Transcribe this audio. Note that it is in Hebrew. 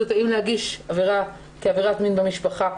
אם להגיש עבירה כעבירת מין במשפחה,